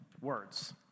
words